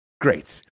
great